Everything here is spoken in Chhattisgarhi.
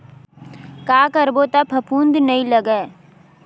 का करबो त फफूंद नहीं लगय?